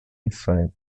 inside